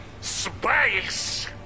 Space